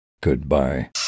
Goodbye